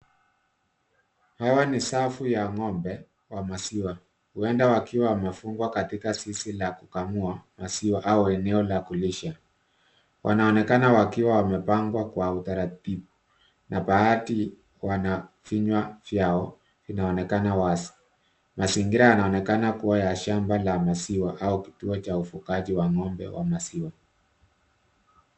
Hawa ni safu ya ng'ombe wa maziwa huenda wakiwa wamefungwa katika zizi la kukamua maziwa au eneo la kulisha. Wanaonekana wakiwa wamepangwa kwa utaratibu, na baadhi wana vinywa vyao vinaonekana wazi. Mazingira yanaonekana kuwa ya shamba la maziwa au kituo cha ufugaji wa ng'ombe wa maziwa.